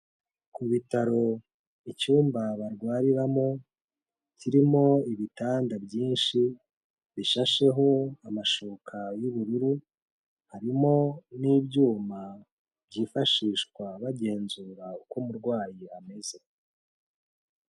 Ku bitaro icyumba barwariramo, kirimo ibitanda byinshi bishasheho amashuka y'ubururu, harimo n'ibyuma byifashishwa bagenzura uko umurwayi ameze.